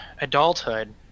adulthood